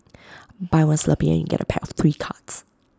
buy one Slurpee and you get A pack of three cards